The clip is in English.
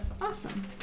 Awesome